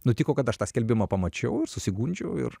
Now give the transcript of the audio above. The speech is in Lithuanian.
nutiko kad aš tą skelbimą pamačiau ir susigundžiau ir